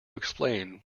explain